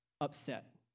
upset